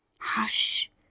Hush